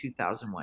2001